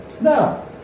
Now